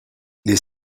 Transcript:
les